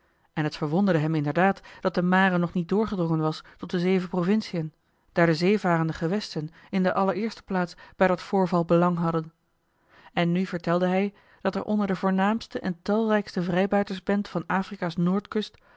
en het verwonderde hem inderdaad dat de mare nog niet doorgedrongen was tot de zeven provinciën daar de zeevarende gewesten in de allereerste plaats bij dat voorval belang hadden en nu vertelde hij dat er onder de voornaamste en talrijkste vrijbuitersbent van afrika's